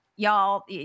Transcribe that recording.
Y'all